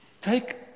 Take